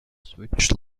switch